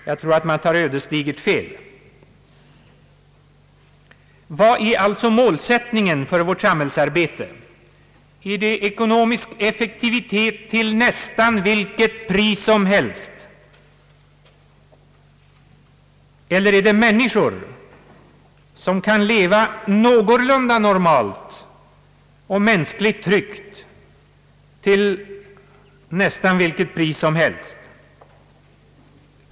Jag tror att de som resonerar så tar ödesdigert fel. Vad är alltså målsättningen för vårt samhällsarbete? Är det ekonomiskt effektivt till nästan vilket pris som helst, eller är det att människor skall kunna leva någorlunda normalt och mänskligt tryggt till nästan vilket pris som helst?